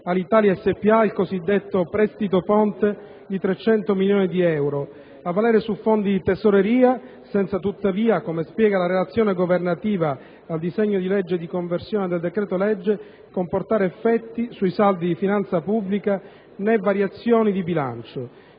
Alitalia S.p.A. il cosiddetto prestito ponte di 300 milioni di euro, a valere su fondi di Tesoreria, senza tuttavia - come spiega la relazione governativa al disegno di legge di conversione del decreto-legge - comportare effetti sui saldi di finanza pubblica, né variazioni di bilancio.